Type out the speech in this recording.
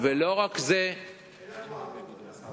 ולא רק זה, אלא אם כן הוא ערבי, אדוני השר.